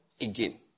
again